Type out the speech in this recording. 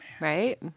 Right